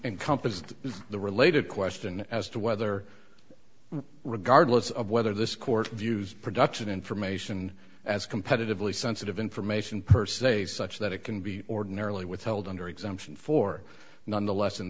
encompassed the related question as to whether regardless of whether this court views production information as competitively sensitive information per se such that it can be ordinarily withheld under exemption for nonetheless in